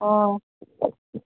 ꯑꯣ